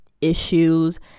issues